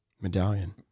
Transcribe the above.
medallion